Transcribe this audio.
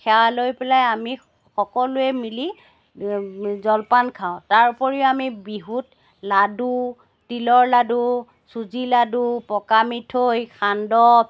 সেৱা লৈ পেলাই আমি সকলোৱে মিলি জলপান খাওঁ তাৰ উপৰি আমি বিহুত লাডু তিলৰ লাডু চুজি লাডু পকা মিঠৈ সান্দহ